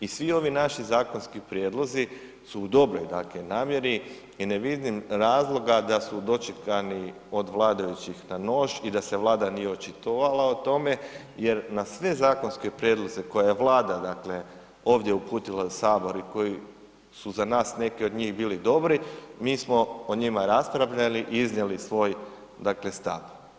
I svi ovi naši zakonski prijedlozi su u dobroj dakle namjeri i ne vidim razloga da su dočekani od vladajućih na nož i da se Vlada nije očitovala o tome jer na sve zakonske prijedloge koje je Vlada dakle ovdje uputila u sabor i koji su za nas, neki od njih bili dobri, mi smo o njima raspravljali, iznijeli svoj dakle stav.